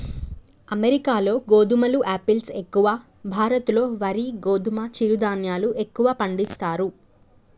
అమెరికాలో గోధుమలు ఆపిల్స్ ఎక్కువ, భారత్ లో వరి గోధుమ చిరు ధాన్యాలు ఎక్కువ పండిస్తారు